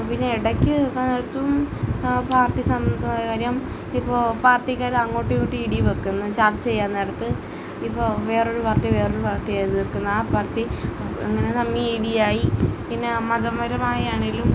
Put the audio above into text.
പിന്നെ ഇടയ്ക്ക് പാർട്ടിസംബന്ധമായ കാര്യം ഇപ്പോള് പാർട്ടിക്കാര് അങ്ങോട്ടും ഇങ്ങോട്ടും ഇടി വയ്ക്കുന്നു ചർച്ച ചെയ്യാൻ നേരത്ത് ഇപ്പോള് വേറൊരു പാർട്ടി വേറൊരു പാർട്ടിയെ എതിർക്കുന്നു ആ പാർട്ടി അങ്ങനെ തമ്മില് ഇടിയായി പിന്നെ മതപരമായി ആണേലും